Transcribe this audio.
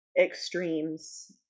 Extremes